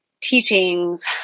teachings